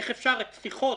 איך אפשר שיחות